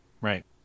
Right